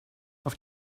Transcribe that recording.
auf